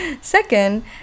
second